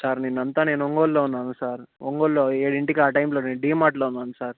sir నిన్నంతా నేను ఒంగోలులో ఉన్నాను సార్ ఒంగోలులో ఏడింటికి ఆ టైమ్లో డీ మార్ట్లో ఉన్నాను సార్